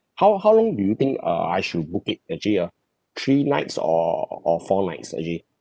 how how long do you think err I should book it actually ah three nights or or four nights actually